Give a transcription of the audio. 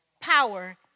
power